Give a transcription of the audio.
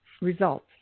results